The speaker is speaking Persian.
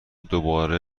دوبار